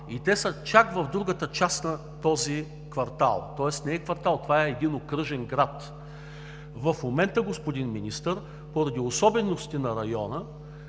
а те са чак в другата част на квартала. Тоест не е квартал, а е един окръжен град. В момента, господин Министър, поради особеностите на района,